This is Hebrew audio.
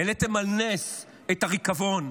העליתם על נס את הריקבון.